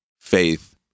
faith